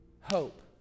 Hope